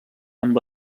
amb